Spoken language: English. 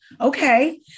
Okay